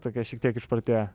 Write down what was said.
tokie šiek tiek išprotėję